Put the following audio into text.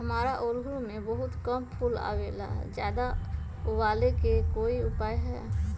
हमारा ओरहुल में बहुत कम फूल आवेला ज्यादा वाले के कोइ उपाय हैं?